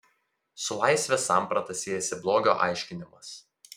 su laisvės samprata siejasi blogio aiškinimas